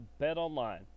BetOnline